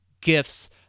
gifts